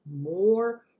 more